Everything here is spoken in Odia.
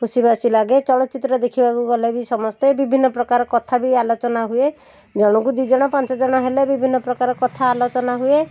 ଖୁସି ବାସୀ ଲାଗେ ଚଳଚ୍ଚିତ୍ର ଦେଖିବାକୁ ଗଲେ ବି ସମସ୍ତେ ବିଭିନ୍ନ ପ୍ରକାର କଥା ବି ଆଲୋଚନା ହୁଏ ଜଣଙ୍କୁ ଦୁଇ ଜଣ ପାଞ୍ଚ ଜଣ ହେଲେ ବି ବିଭିନ୍ନ ପ୍ରକାର କଥା ଆଲୋଚନା ହୁଏ